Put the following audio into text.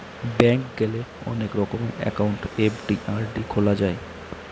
bank গেলে অনেক রকমের একাউন্ট এফ.ডি, আর.ডি খোলা যায়